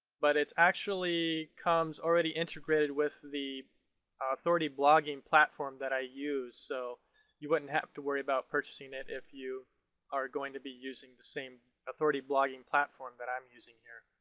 but it actually comes already integrated with the authority blogging platform that i use, so you wouldn't have to worry about purchasing it if you are going to be using the same authority blogging platform that i'm using here.